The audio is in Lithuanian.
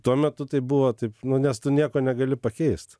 tuo metu tai buvo taip nu nes tu nieko negali pakeist